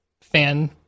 fan